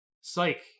Psych